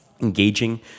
engaging